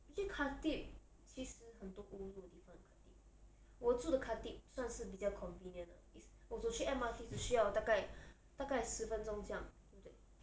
actually khatib 其实很多 ulu 的地方 in khatib 我住的 khatib 算是比较 convenient 了 is 我走去 M_R_T 只需要大概大概十分钟这样对不对